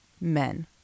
men